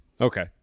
Okay